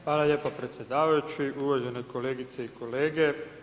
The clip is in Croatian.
Hvala lijepa predsjedavajući, uvažene kolegice i kolege.